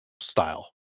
style